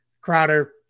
crowder